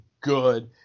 good